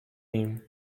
nim